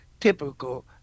typical